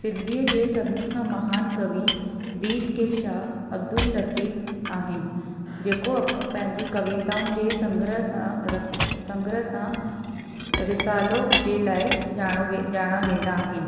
सिद्धीअ जे सभिनी खां महान कवि बित के शाह अब्दुल लतीफ आहिनि जेको पंहिंजी कविताउनि जे संग्रह सां रस संग्रह सां रिसालो जे लाइ ॼाणो वे ॼाणा वेंदा आहिनि